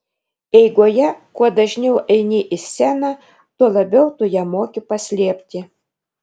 eigoje kuo dažniau eini į sceną tuo labiau tu ją moki paslėpti